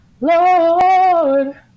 Lord